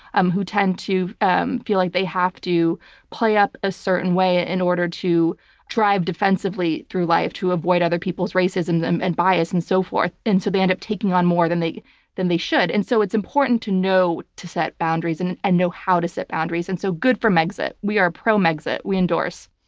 um who tend to um feel like they have to play up a certain way in order to drive defensively through life to avoid other people's racism and bias and so forth. and so they end up taking on more than they than they should. and so it's important to know to set boundaries and and know how to set boundaries. and so good for megxit. we are pro-megxit. we endorse.